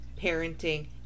parenting